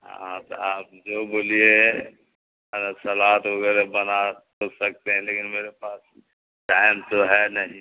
ہاں تو آپ جو بولیے اگر سلاد وگیرہ بنا تو سکتے ہیں لیکن میرے پاس ٹائم تو ہے نہیں